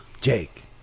Jake